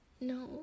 no